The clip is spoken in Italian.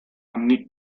anni